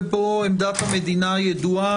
ופה עמדת המדינה ידועה,